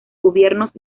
gobiernos